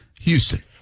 Houston